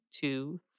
two